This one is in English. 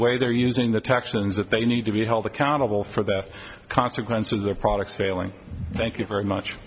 way they're using the texans that they need to be held accountable for the consequences of their products failing thank you very much